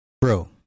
Bro